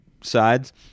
sides